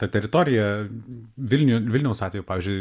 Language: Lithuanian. ta teritorija vilniuj vilniaus atveju pavyzdžiui